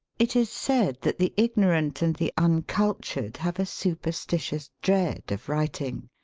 it is said that the ignorant and the uncultured have a superstitious dread of writing.